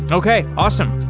okay. awesome